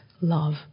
love